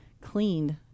cleaned